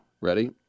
ready